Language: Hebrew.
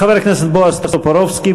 חבר הכנסת בועז טופורובסקי,